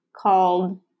called